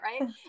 right